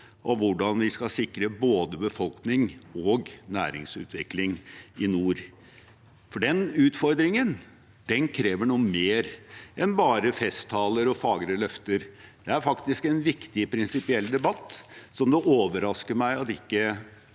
om hvordan vi skal sikre både befolkning og næringsutvikling i nord. Den utfordringen krever noe mer enn bare festtaler og fagre løfter. Det er faktisk en viktig prinsipiell debatt som det overrasker meg at ikke